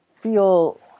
feel